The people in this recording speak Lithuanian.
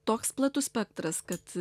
toks platus spektras kad